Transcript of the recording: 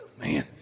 man